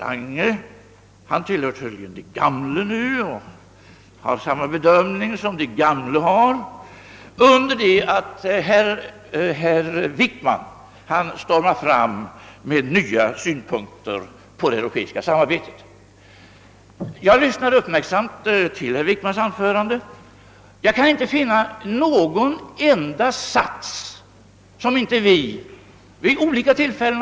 Herr Lange tillhör tydligen de gamle och har samma bedömning som de, under det att herr Wickman stormar fram med nya synpunkter på det europeiska samarbetet. Jag lyssnade uppmärksamt till herr Wickmans anförande, men jag kunde inte finna någon enda sats i huvudfrågan som vi inte fört fram tidigare vid olika tillfällen.